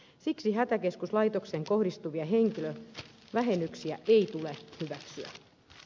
siksi hätäkeskuslaitokseen kohdistuvia henkilövähennyksiä ei tule hyväksyä